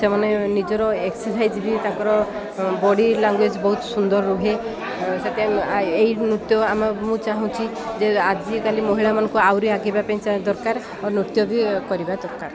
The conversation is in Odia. ସେମାନେ ନିଜର ଏକ୍ସରସାଇଜ ବି ତାଙ୍କର ବଡି ଲାଙ୍ଗୁଏଜ୍ ବହୁତ ସୁନ୍ଦର ରହେ ସେଥିପାଇଁ ଏହି ନୃତ୍ୟ ଆମେ ମୁଁ ଚାହୁଁଛି ଯେ ଆଜିକାଲି ମହିଳାମାନଙ୍କୁ ଆହୁରି ଆଗେଇବା ପାଇଁ ଦରକାର ଆହୁରି ନୃତ୍ୟ ବି କରିବା ଦରକାର